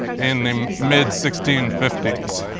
in the mid sixteen fifty s.